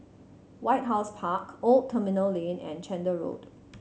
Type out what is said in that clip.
White House Park Old Terminal Lane and Chander Road